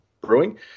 brewing